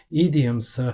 idioms,